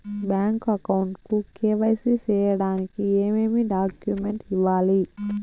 Bank account కు KYC సేయడానికి ఏమేమి డాక్యుమెంట్ ఇవ్వాలి?